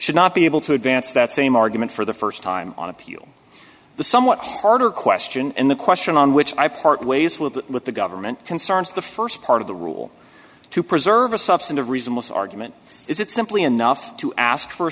should not be able to advance that same argument for the st time on appeal the somewhat harder question and the question on which i part ways with the with the government concerns the st part of the rule to preserve a substantive reason most argument is it's simply enough to ask